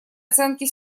оценке